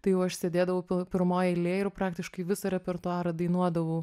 tai jau aš sėdėdavau pirmoj eilėj ir praktiškai visą repertuarą dainuodavau